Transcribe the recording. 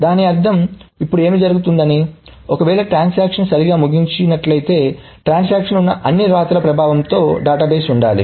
దాని అర్థం ఇప్పుడు ఏమి జరుగుతున్నది అనిఒకవేళ ట్రాన్సాక్షన్ సరిగ్గా ముగించి నట్లయితే ట్రాన్సాక్షన్ లో ఉన్న అన్ని వ్రాతల ప్రభావంతో డేటాబేస్ ఉండాలి